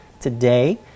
today